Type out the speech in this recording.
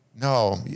no